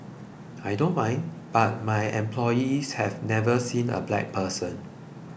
I don't mind but my employees have never seen a black person